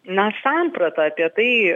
na samprata apie tai